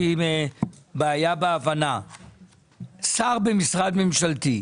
שר במשרד ממשלתי,